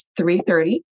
3.30